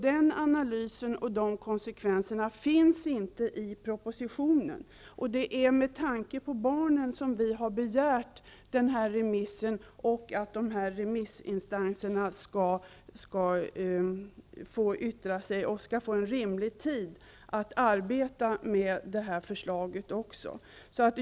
Den analysen av konsekvenserna finns inte i propositionen. Det är med tanke på barnen som vi har begärt remissen så att remissinstanserna skall få yttra sig och även få rimlig tid att arbeta med förslaget.